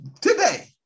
today